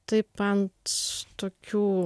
taip ant tokių